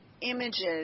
images